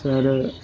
sir